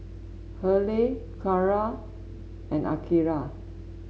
Hurley Kara and Akira